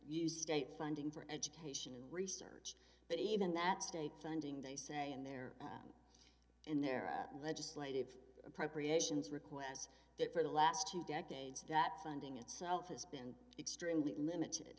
user state funding for education and research but even that state funding they say in their hands and there are legislative appropriations requests that for the last two decades that funding itself has been extremely limited